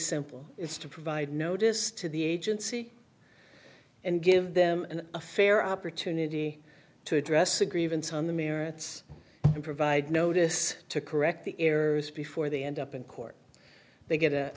simple it's to provide notice to the agency and give them an affair opportunity to address a grievance on the merits and provide notice to correct the errors before they end up in court they